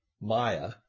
maya